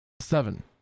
Seven